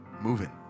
moving